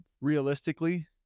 realistically